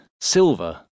silver